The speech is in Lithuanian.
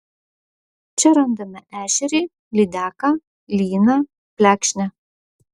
čia randame ešerį lydeką lyną plekšnę